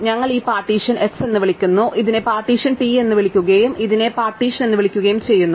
ഞങ്ങൾ ഈ partition s എന്ന് വിളിക്കുന്നു ഇതിനെ പാർട്ടീഷൻ t എന്ന് വിളിക്കുകയും ഇതിനെ പാർട്ടീഷൻ എന്ന് വിളിക്കുകയും ചെയ്യുന്നു